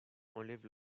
enlève